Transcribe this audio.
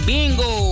Bingo